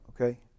okay